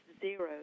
zero